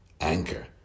Anchor